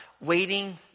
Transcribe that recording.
Waiting